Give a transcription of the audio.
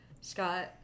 Scott